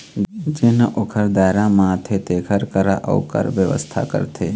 जेन ह ओखर दायरा म आथे तेखर करा अउ कर बेवस्था करथे